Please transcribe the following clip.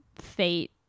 fate